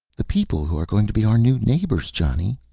the people who are going to be our new neighbors, johnny,